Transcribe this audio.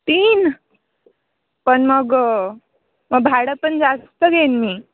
तीन पण मग मग भाडं पण जास्त घेईन मी